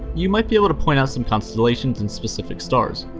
you might be able to point out some constellations in specific stars.